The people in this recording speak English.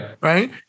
Right